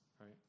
right